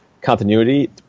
continuity